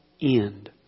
end